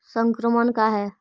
संक्रमण का है?